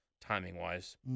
Timing-wise